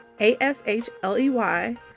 A-S-H-L-E-Y